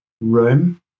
room